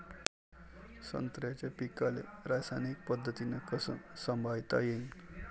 संत्र्याच्या पीकाले रासायनिक पद्धतीनं कस संभाळता येईन?